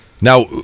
Now